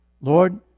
Lord